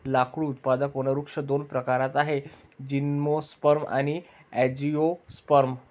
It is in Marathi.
लाकूड उत्पादक वनवृक्ष दोन प्रकारात आहेतः जिम्नोस्पर्म आणि अँजिओस्पर्म